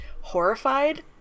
horrified